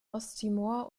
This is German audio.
osttimor